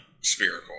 Spherical